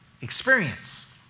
experience